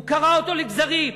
הוא קרע אותו לגזרים.